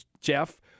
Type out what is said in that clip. Jeff